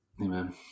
Amen